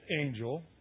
angel